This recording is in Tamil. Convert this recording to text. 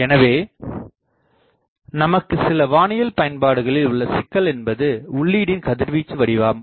எனவே நமக்கு சில வானியல் பயன்பாடுகளில் உள்ள சிக்கல் என்பது உள்ளீடின் கதிர்வீச்சு வடிவமாகும்